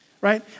right